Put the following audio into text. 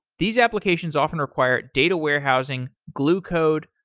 these applications often require data warehousing, glue code,